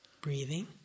breathing